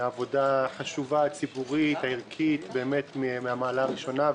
מדובר בעבודה חשובה ציבורית וערכית מהמעלה הראשונה.